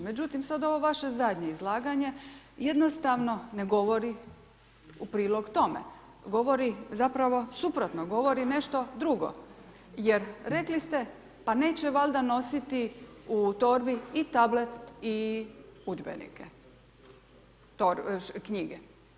Međutim, sad ovo vaše zadnje izlaganje jednostavno ne govori u prilog tome, govori zapravo suprotno, govori nešto drugo, jer rekli ste, pa neće valjda nositi u torbi i tablet i udžbenike, knjige.